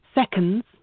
seconds